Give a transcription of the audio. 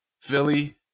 Philly